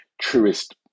truest